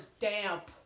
damp